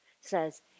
says